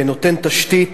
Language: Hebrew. ונותן תשתית,